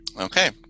Okay